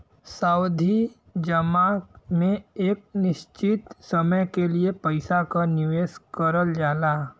सावधि जमा में एक निश्चित समय के लिए पइसा क निवेश करल जाला